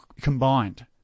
combined